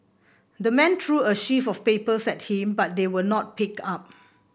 the man threw a sheaf of papers at him but they were not picked up